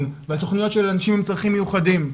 ועל תוכניות של אנשים עם צרכים מיוחדים.